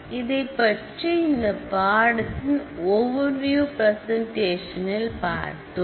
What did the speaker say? இதைப் பற்றி இந்த பாடத்தின் ஓவர்வியூ பிரசெண்டேஷன் இல் பார்த்தோம்